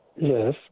Yes